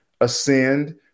ascend